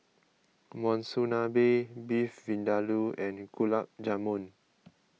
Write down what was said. Monsunabe Beef Vindaloo and Gulab Jamun